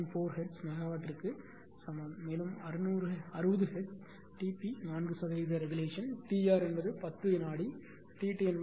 40 hertz மெகாவாட்டிற்கு சமம் மேலும் 60 ஹெர்ட்ஸ் T p 4 சதவீத ரெகுலேஷன் T r என்பது 10 வினாடி T t 0